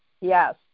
Yes